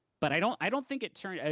but i don't i don't think it turned out,